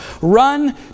run